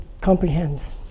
comprehends